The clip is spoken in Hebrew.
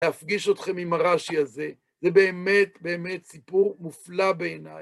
להפגיש אתכם עם הרש"י הזה, זה באמת באמת סיפור מופלא בעיניי.